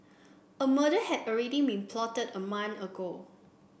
a murder had already been plotted a month ago